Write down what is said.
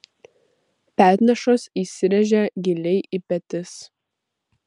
petnešos įsiręžia giliai į petis